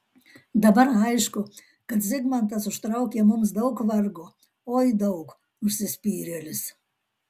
dabar aišku kad zigmantas užtraukė mums daug vargo oi daug užsispyrėlis